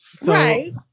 Right